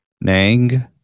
Nang